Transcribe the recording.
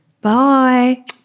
bye